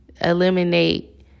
eliminate